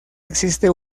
existe